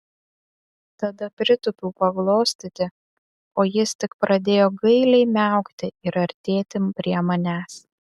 tada pritūpiau paglostyti o jis tik pradėjo gailiai miaukti ir artėti prie manęs